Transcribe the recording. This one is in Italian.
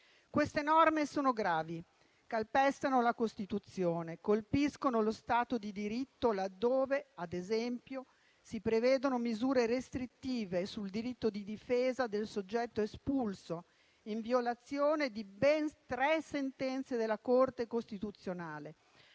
Queste norme sono gravi, calpestano la Costituzione, colpiscono lo Stato di diritto laddove, ad esempio, si prevedono misure restrittive sul diritto di difesa del soggetto espulso, in violazione di ben tre sentenze della Corte costituzionale.